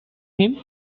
him